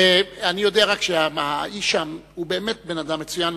אני יודע רק שהאיש הוא באמת בן-אדם מצוין,